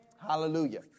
Hallelujah